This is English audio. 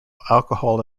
alcohol